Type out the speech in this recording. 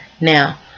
Now